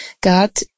God